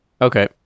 Okay